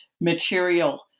material